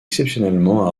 exceptionnellement